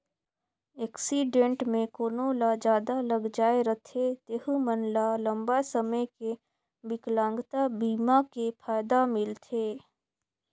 accident मे कोनो ल जादा लग जाए रथे तेहू मन ल लंबा समे के बिकलांगता बीमा के फायदा मिलथे